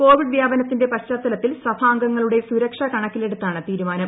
Covid വ്യാപനത്തിന്റെ പശ്ചാത്തലത്തിൽ സഭാംഗങ്ങളുടെ സുരക്ഷ കണക്കിലെടുത്താണ് തീരുമാനം